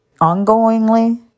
ongoingly